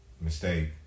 Mistake